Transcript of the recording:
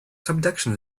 subduction